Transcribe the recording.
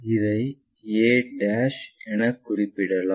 இதை a என குறிப்பிடலாம்